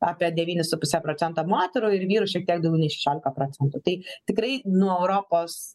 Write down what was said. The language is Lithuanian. apie devynis su puse procento moterų ir vyrų šiek tiek daugiau nei šešiolika procentų tai tikrai nuo europos